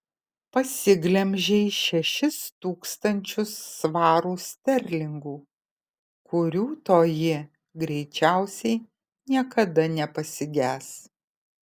pasiglemžei šešis tūkstančius svarų sterlingų kurių toji greičiausiai niekada nepasiges